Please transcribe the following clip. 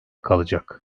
kalacak